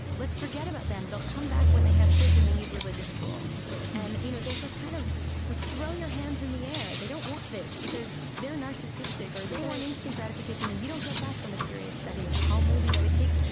let's forget about them. they'll come back when they have kids and they need religious school and you know, there's this kind of like, throw your hands in the air. they don't want this, because they're narcissistic or they want, right, instant gratification and you don't get that from a serious study of talmud. you know, it takes,